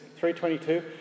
322